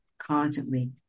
Constantly